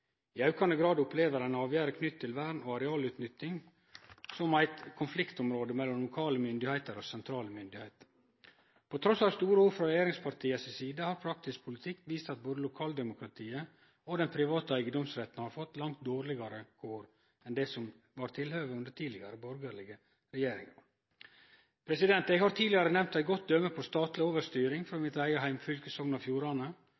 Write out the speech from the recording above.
I aukande grad opplever ein avgjerder knytte til vern og arealutnytting som eit konfliktområde mellom lokale og sentrale myndigheiter. Trass i store ord frå regjeringspartia si side har praktisk politikk vist at både lokaldemokratiet og den private eigedomsretten har fått langt dårlegare kår enn det som var tilhøvet under tidlegare borgarlege regjeringar. Eg har tidlegare nemnt eit godt døme på statleg overstyring frå mitt eige heimfylke, Sogn og Fjordane,